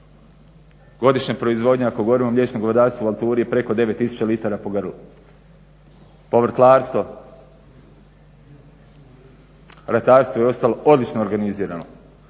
godišnja proizvodnja ako govorimo o mliječnom govedarstvu u valturi je preko 9 tisuća litara po grlu. Povrtlarstvo, ratarstvo i ostalo odlično je organizirano.